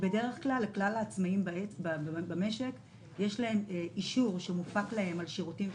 בדרך כלל לכלל העצמאים במשק יש אישור שמופק להם על שירותים ונכסים.